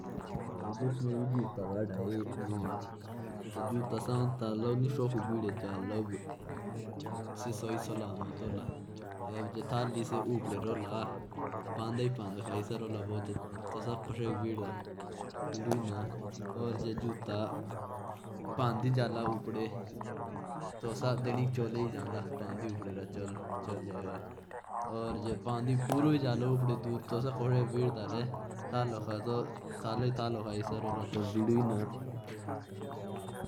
जैसे मेरे पास एक जूत्ता है। तो उसका ऊपर का हिस्सा नहीं है और नीचे का हिस्सा ही है तो वह जूत्ता किसी काम का नहीं है।